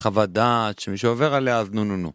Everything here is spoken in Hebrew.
חוות דעת שמי שעובר עליה, אז נו נו נו.